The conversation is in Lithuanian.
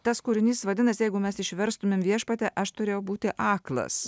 tas kūrinys vadinasi jeigu mes išverstumėm viešpatie aš turėjau būti aklas